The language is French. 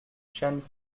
chênes